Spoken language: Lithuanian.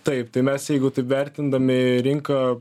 taip tai mes jeigu taip vertindami rinką